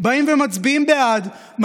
באים ומצביעים בעד,